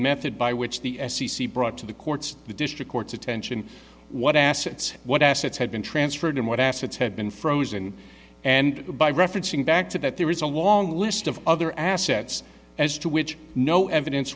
method by which the f c c brought to the courts the district court's attention what assets what assets had been transferred and what assets had been frozen and by referencing back to that there was a long list of other assets as to which no evidence